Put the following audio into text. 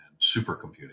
supercomputing